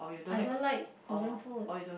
I don't like Korean food